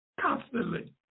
constantly